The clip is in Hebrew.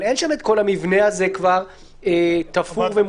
אבל אין שם את כל המבנה הזה תפור ומוכן.